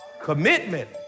commitment